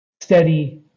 steady